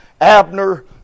Abner